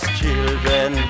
children